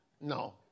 No